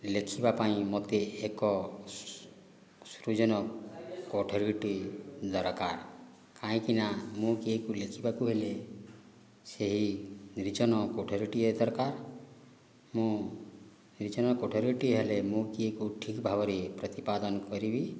ଲେଖିବା ପାଇଁ ମୋତେ ଏକ ସୃଜନ କୋଠରୀଟି ଦରକାର କାହିଁକିନା ମୁଁ କିଏକୁ ଲେଖିବାକୁ ହେଲେ ସେହି ନିର୍ଜନ କୋଠରିଟିଏ ଦରକାର ମୁଁ ନିର୍ଜନ କୋଠରିଟିଏ ହେଲେ ମୁଁ କିଏକୁ ଠିକ୍ ଭାବରେ ପ୍ରତିପାଦନ କରିବି